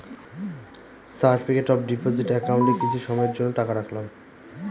certificate of deposit একাউন্টে কিছু সময়ের জন্য টাকা রাখলাম